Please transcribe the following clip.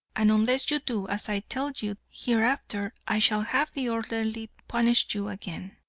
and unless you do as i tell you hereafter i shall have the orderly punish you again.